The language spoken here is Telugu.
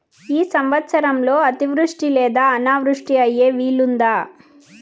ఈ సంవత్సరంలో అతివృష్టి లేదా అనావృష్టి అయ్యే వీలుందా?